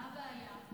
מה הבעיה?